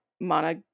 Mana